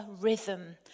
rhythm